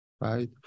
right